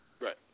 Right